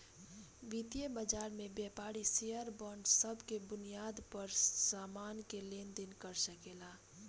वितीय बाजार में व्यापारी शेयर बांड सब के बुनियाद पर सामान के लेन देन कर सकेला